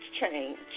change